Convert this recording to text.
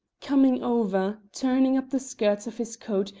coming over, turning up the skirts of his coat,